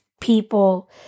people